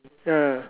ya